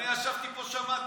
אני ישבתי פה ושמעתי.